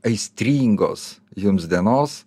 aistringos jums dienos